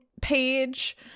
page